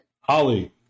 Holly